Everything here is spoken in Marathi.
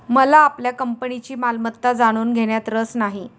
मला आपल्या कंपनीची मालमत्ता जाणून घेण्यात रस नाही